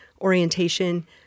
orientation